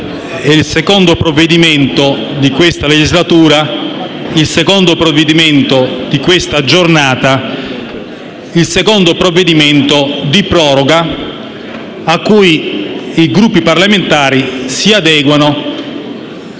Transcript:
il secondo provvedimento di questa legislatura, il secondo di questa giornata, il secondo provvedimento di proroga cui i Gruppi parlamentari si adeguano